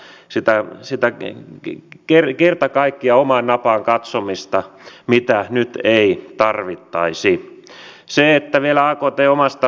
lähes kaikkien tavararyhmien vienti on laskenut merkittävästi ja tiedämme että ei pelkästään pakotteiden vuoksi vaan muutoinkin elintarvikkeiden vienti on romahtanut